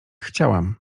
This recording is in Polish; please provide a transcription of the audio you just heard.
chciałam